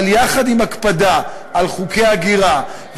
אבל יחד עם הקפדה על חוקי הגירה,